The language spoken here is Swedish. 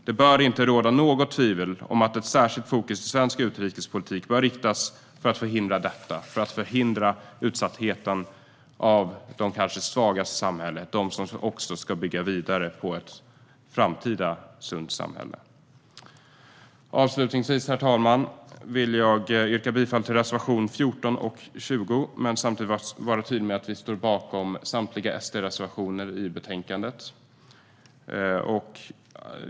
Det får inte råda något tvivel om att ett särskilt fokus i svensk utrikespolitik bör riktas för att förhindra utsattheten för de svagaste i samhället, de som ska bygga vidare på ett framtida sunt samhälle. Herr talman! Jag vill yrka bifall till reservationerna 14 och 20. Samtidigt är jag tydlig med att vi står bakom samtliga SD-reservationer i betänkandet.